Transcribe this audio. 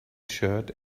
shirt